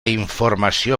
informació